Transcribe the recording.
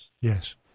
Yes